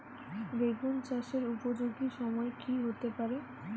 বেগুন চাষের উপযোগী সময় কি হতে পারে?